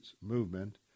movement